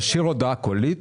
תשאיר הודעה קולית